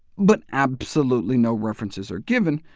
but absolutely no references are given,